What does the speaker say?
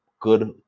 good